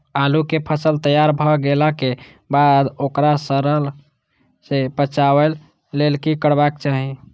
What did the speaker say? आलू केय फसल तैयार भ गेला के बाद ओकरा सड़य सं बचावय लेल की करबाक चाहि?